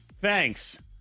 Thanks